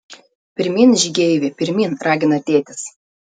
pirmyn žygeivi pirmyn ragina tėtis